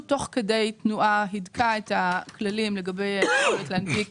תוך כדי תנועה הידקה את הכללים לגבי היכולת להנפיק